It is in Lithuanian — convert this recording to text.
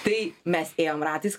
tai mes ėjom ratais